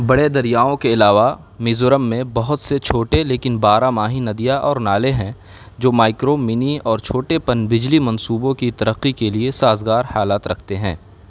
بڑے دریاؤں کے علاوہ میزورم میں بہت سے چھوٹے لیکن بارہ ماہی ندیاں اور نالے ہیں جو مائیکرو منی اور چھوٹے پن بجلی منصوبوں کی ترقی کے لیے سازگار حالات رکھتے ہیں